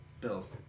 Bills